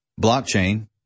blockchain